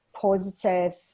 positive